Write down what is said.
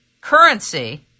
currency